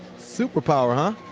superpower, huh?